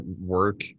work